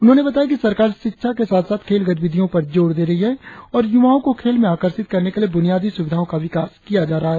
उन्होंने बताया कि सरकार शिक्षा के साथ साथ खेल गतिविधियों पर जोर दे रही है और युवाओ को खेल में आकर्षित करने के लिए बुनियादी सुविधाओ का विकास किया जा रहा है